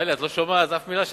דליה, את לא שומעת אף מלה.